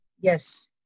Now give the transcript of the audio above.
Yes